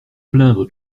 plaindre